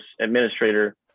administrator